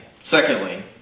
Secondly